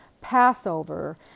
Passover